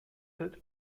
that